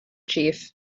chief